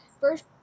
First